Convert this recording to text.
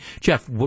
Jeff